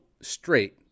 straight